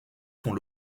font